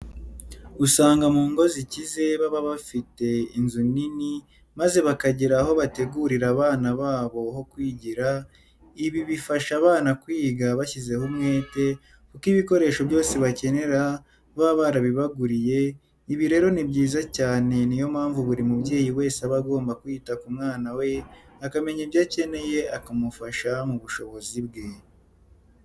Usanga mu ngo zikize baba bafite inzu nini maze bakagira aho bategurira abana babo ho kwigira, ibi bifasha abana kwiga bashyizeho umwete kuko ibikoresho byose bakenera baba barabibaguriye, ibi rero ni byiza cyane ni yo mpamvu buri mubyeyi wese aba agomba kwita ku mwana we akamenya ibyo akeneye akamufasha mu bushobozi bwe.